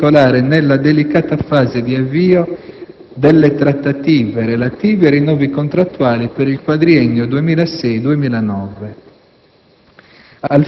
in particolare nella delicata fase di avvio delle trattative relative ai rinnovi contrattuali per il quadriennio 2006-2009.